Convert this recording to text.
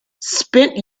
spent